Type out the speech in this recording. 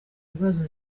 bibazo